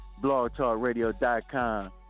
BlogTalkRadio.com